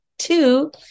Two